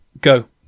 Go